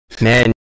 Man